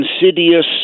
insidious